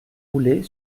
rouler